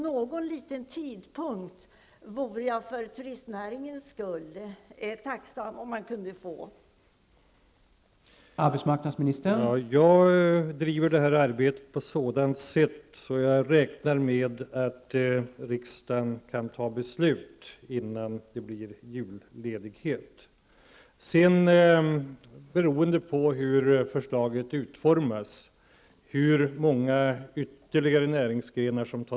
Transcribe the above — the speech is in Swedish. Jag skulle vara tacksam för turistnäringens skull om jag ändå kunde få någon tidpunkt angiven.